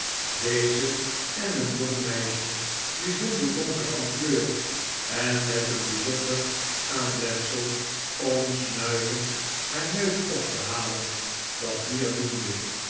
deze en een jong meisje bijzonder donker van kleur en met een bijzonder aanwendsel om snuivend haar neus op te halen dat hier diende